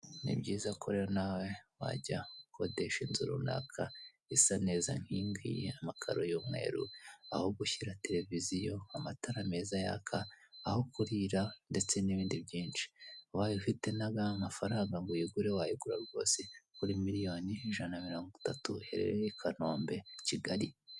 Ni byiza ko rero nawe wajya ukodesha inzu runaka isaneza nk'iyingiyi amakaro y'umweru, aho gushyira televisizo, amatara meza yaka, aho kurira ndetse n'ibindi byinshi. Ubaye ufite n'amafaranga ngo uyigure wayigura rwose kuri miriyoni nk'ijana na mirongo itatu hehe? Kanombe- Kigali.